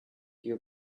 your